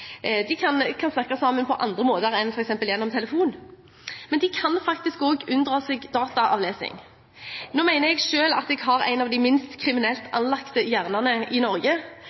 de kan snakke sammen på andre måter enn f.eks. gjennom telefon, men de kan faktisk også unndra seg dataavlesning. Nå mener jeg selv at jeg har en av de minst kriminelt anlagte hjernene i Norge,